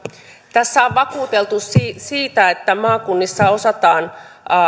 on vakuuteltu sitä että maakunnissa osataan